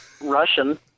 Russian